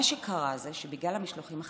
מה שקרה הוא שבגלל המשלוחים החיים,